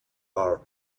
are